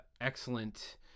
excellent